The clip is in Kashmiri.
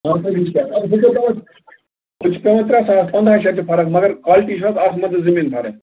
پانٛژتٲجی شٮ۪تھ اَدٕ وُنکٮ۪ن کرُس سُہ چھُ پٮ۪وان ترٛےٚ ساس پنٛداہہِ شٮ۪تھ تہِ فرق مگر کوالٹی چھِ آسمان تہٕ زمیٖن فرق